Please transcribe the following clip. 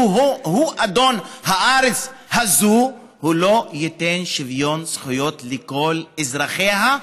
אדון הארץ הזו לא ייתן שוויון זכויות לכל אזרחיה,